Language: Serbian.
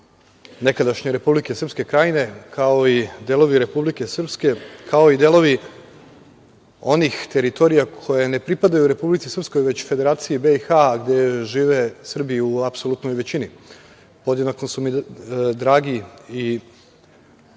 nekadašnje Republike Srpske Krajine, kao i delovi Republike Srpske, kao i delovi onih teritorija koje ne pripadaju Republici Srpskoj, već Federaciji BiH, gde živi Srbi u apsolutnoj većini. Podjednako su mi dragi i